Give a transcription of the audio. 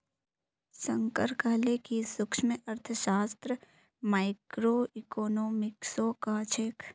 शंकर कहले कि सूक्ष्मअर्थशास्त्रक माइक्रोइकॉनॉमिक्सो कह छेक